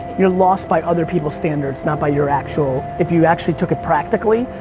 you're lost by other people's standards, not by your actual, if you actually took it practically,